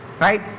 Right